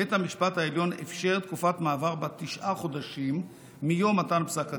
בית המשפט העליון אפשר תקופת מעבר בת תשעה חודשים מיום מתן פסק הדין,